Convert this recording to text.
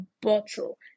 bottle